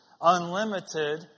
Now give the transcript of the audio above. unlimited